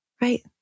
right